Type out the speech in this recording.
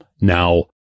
Now